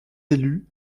élus